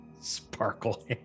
Sparkle